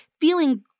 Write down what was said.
feeling